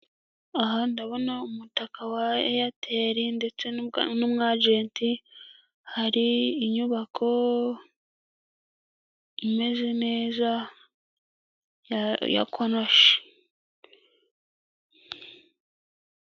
Aha ndabona umutaka wa eyateli ndetse n'umu ajenti, hari inyubako imeze neza ya konoshi.